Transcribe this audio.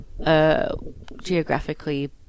Geographically